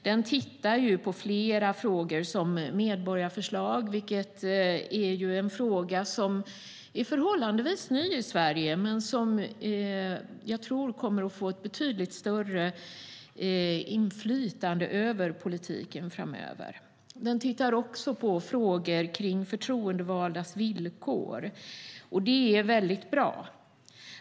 Den tittar på flera frågor såsom medborgarförslag, en fråga som är förhållandevis ny i Sverige men som jag tror kommer att få betydligt större inflytande över politiken framöver. Utredningen tittar också på frågor om förtroendevaldas villkor, och det är mycket bra.